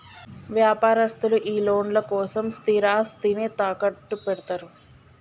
వ్యాపారస్తులు ఈ లోన్ల కోసం స్థిరాస్తిని తాకట్టుపెడ్తరు